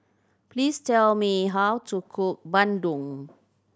please tell me how to cook bandung